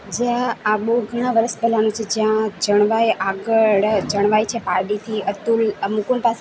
જે આ આ બહુ ઘણાં વર્ષ પહેલાંનું છે જ્યાં ચણવાઈ આગળ ચણવાઈ છે પાલડીથી અતુલ આ મુકુન્દ પાસેથી